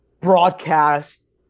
broadcast